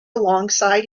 alongside